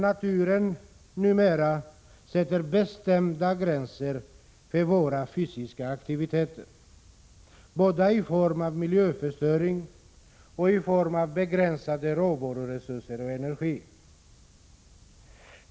Naturen sätter nämligen numera bestämda gränser, både i form av miljöförstöring och i form av begränsade råvaruoch energiresurser, för våra fysiska aktiviteter.